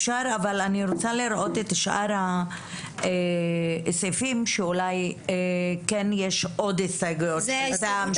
אבל אני רוצה לראות את שאר הסעיפים שבהם יש אולי כן הסתייגויות טעם,